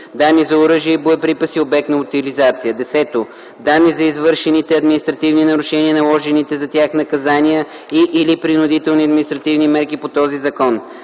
данни за оръжия и боеприпаси - обект на утилизация; 10. данни за извършените административни нарушения, наложените за тях наказания и/или принудителни административни мерки по този закон.